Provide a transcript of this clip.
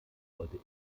sollte